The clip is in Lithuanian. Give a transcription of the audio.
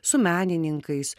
su menininkais